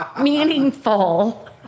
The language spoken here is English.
meaningful